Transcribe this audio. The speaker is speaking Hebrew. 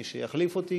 מי שיחליף אותי,